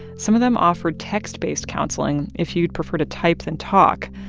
some of them offer text-based counseling if you'd prefer to type than talk.